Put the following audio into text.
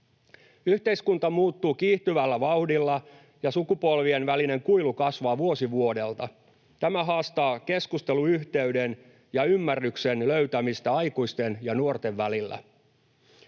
Yhteiskunta muuttuu kiihtyvällä vauhdilla, ja sukupolvien välinen kuilu kasvaa vuosi vuodelta. Tämä haastaa keskusteluyhteyden ja ymmärryksen löytämistä aikuisten ja nuorten välillä.